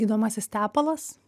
gydomasis tepalas